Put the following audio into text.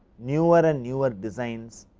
newer and newer designs,